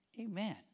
Amen